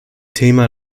thema